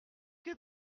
que